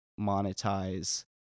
monetize